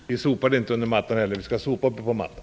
Fru talman! Vi sopar det inte under mattan. Vi skall sopa ovanpå mattan.